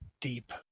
deep